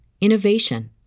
innovation